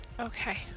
okay